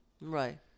Right